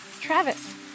Travis